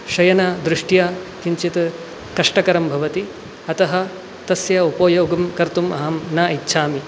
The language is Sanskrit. शयनदृष्ट्या किञ्चित् कष्टकरं भवति अतः तस्य उपयोगं कर्तुम् अहं न इच्छामि